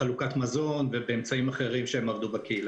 בחלוקת מזון ובאמצעים אחרים שהם עבדו בקהילה.